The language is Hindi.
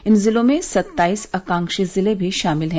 इन जिलों में सत्ताइस आकांक्षी जिले भी शामिल हैं